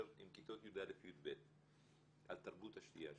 עם כיתות י"א-י"ב על תרבות השתייה שלהם.